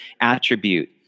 attribute